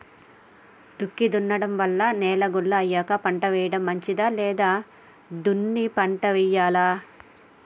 దుక్కి దున్నడం వల్ల నేల గుల్ల అయ్యాక పంట వేయడం మంచిదా లేదా దున్ని పంట వెయ్యాలా?